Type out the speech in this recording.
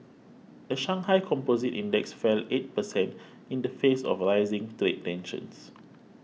the Shanghai Composite Index fell eight percent in the face of rising trade tensions